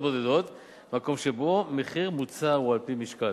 בודדות מקום שבו מחיר מוצר הוא על-פי משקל.